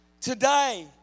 today